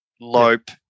lope